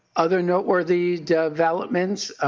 other noteworthy developments.